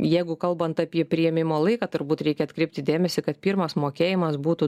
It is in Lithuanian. jeigu kalbant apie priėmimo laiką turbūt reikia atkreipti dėmesį kad pirmas mokėjimas būtų